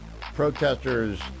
Protesters